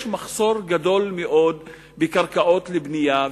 יש מחסור גדול מאוד בקרקעות לבנייה,